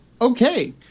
okay